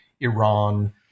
Iran